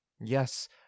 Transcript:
Yes